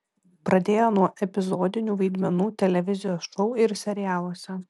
pradėjo nuo epizodinių vaidmenų televizijos šou ir serialuose